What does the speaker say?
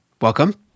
welcome